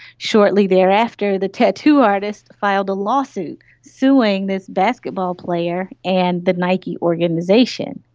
shortly thereafter the tattoo artist filed a lawsuit suing this basketball player and the nike organisation.